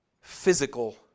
physical